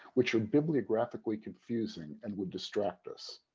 which are bibliographically confusing and would distract us.